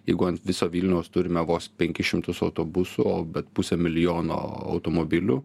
jeigu ant viso vilniaus turime vos penkis šimtus autobusų bet pusę milijono automobilių